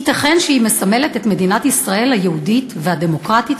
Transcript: ייתכן שהיא מסמלת את מדינת ישראל היהודית והדמוקרטית,